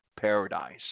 paradise